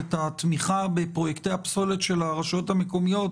את התמיכה בפרוייקטי הפסולת של הרשויות המקומיות,